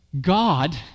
God